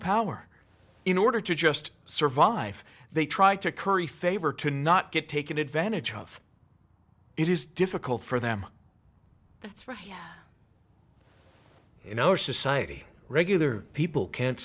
power in order to just survive they try to curry favor to not get taken advantage of it is difficult for them that's right in our society regular people can't